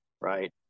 right